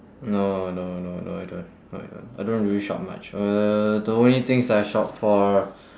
no no no no I don't no I don't I don't really shop much uh the only things that I shop for